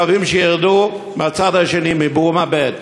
כלי הרכב, שירדו מהצד האחר, מבורמה ב'.